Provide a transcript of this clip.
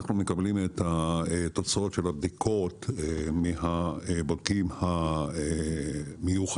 אנחנו מקבלים את התוצאות של הבדיקות מהבודקים המיוחדים,